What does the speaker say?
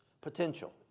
potential